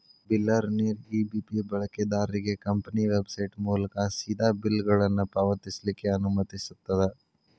ಬಿಲ್ಲರ್ನೇರ EBP ಬಳಕೆದಾರ್ರಿಗೆ company website ಮೂಲಕಾ ಸೇದಾ ಬಿಲ್ಗಳನ್ನ ಪಾವತಿಸ್ಲಿಕ್ಕೆ ಅನುಮತಿಸ್ತದ